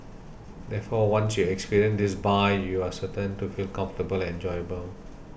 therefore once you experience this bar you are certain to feel comfortable and enjoyable